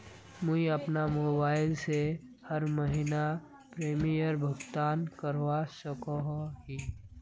मुई अपना मोबाईल से हर महीनार प्रीमियम भुगतान करवा सकोहो ही?